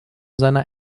seiner